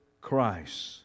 Christ